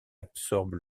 absorbe